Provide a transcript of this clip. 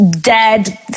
dead